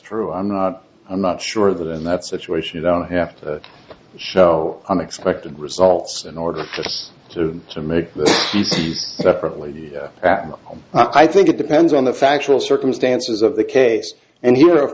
true i'm not i'm not sure that in that situation i don't have to show unexpected results in order for us to make the separately act i think it depends on the factual circumstances of the case and here of